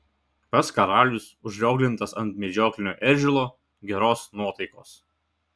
pats karalius užrioglintas ant medžioklinio eržilo geros nuotaikos